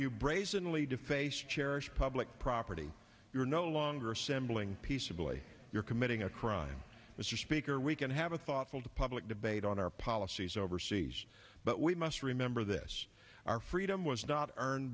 you brazenly deface cherished public property you're no longer assembling peaceably you're committing a crime mr speaker we can have a thoughtful to public debate on our policies overseas but we must remember this our freedom was not earned